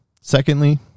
Secondly